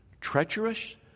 treacherous